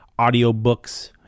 audiobooks